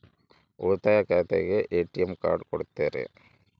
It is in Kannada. ಉಳಿತಾಯ ಖಾತೆಗೆ ಎ.ಟಿ.ಎಂ ಕಾರ್ಡ್ ಕೊಡ್ತೇರಿ?